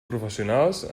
professionals